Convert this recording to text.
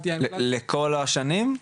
לכל השנים?